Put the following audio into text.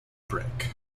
brick